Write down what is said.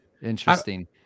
Interesting